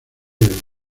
del